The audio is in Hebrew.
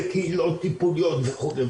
בקהילות טיפוליות וכו'.